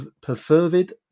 perfervid